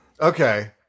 Okay